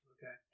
Okay